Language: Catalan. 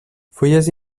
fulles